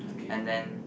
and then